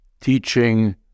teaching